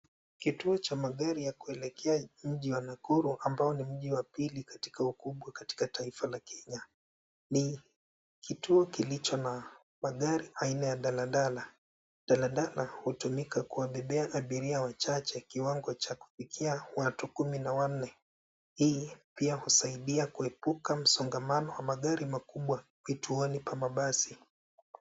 Kitu cha magari ya kuelekea mji wa Nakuru ambao ni mji wa upili katika ukubwa katika taifa la Kenya. Ni kituo kilicho na magari aina ya daladala. Daladala hutumika kubebea abiria wachache kiwango cha kufikia watu kumi na wanne. Hii pia husaidia kuepuka msongamano wa magari makubwa kituoni pa mabasi.